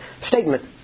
statement